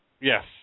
Yes